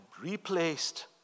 replaced